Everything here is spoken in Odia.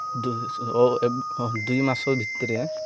ଦୁଇ ମାସ ଭିତରେ